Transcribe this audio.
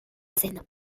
seine